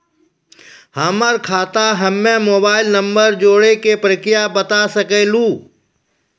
हमर खाता हम्मे मोबाइल नंबर जोड़े के प्रक्रिया बता सकें लू?